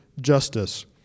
justice